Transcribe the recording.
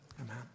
Amen